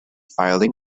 filing